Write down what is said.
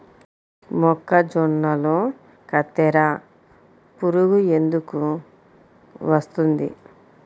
మొక్కజొన్నలో కత్తెర పురుగు ఎందుకు వస్తుంది?